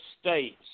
states